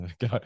Go